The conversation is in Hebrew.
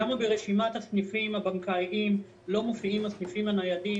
למה ברשימת הסניפים הבנקאיים לא מופיעים הסניפים הניידים,